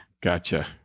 Gotcha